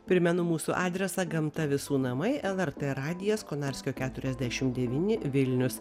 primenu mūsų adresą gamta visų namai lrt radijas konarskio keturiasdešim devyni vilnius